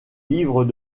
livres